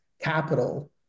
capital